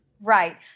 Right